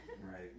Right